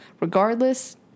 regardless